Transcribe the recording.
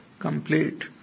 complete